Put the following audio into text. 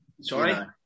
Sorry